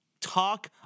talk